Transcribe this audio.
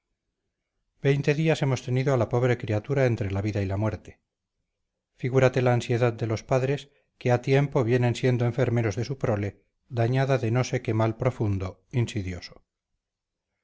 veinte días hemos tenido a la pobre criatura entre la vida y la muerte figúrate la ansiedad de los padres que ha tiempo vienen siendo enfermeros de su prole dañada de no sé qué mal profundo insidioso